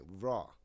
raw